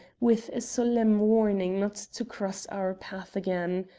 with a solemn warning not to cross our path again.